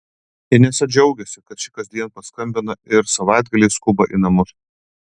inesa džiaugiasi kad ši kasdien paskambina ir savaitgaliais skuba į namus